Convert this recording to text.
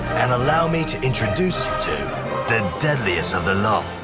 and allow me to introduce you to the deadliest of the love,